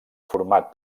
format